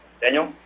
Daniel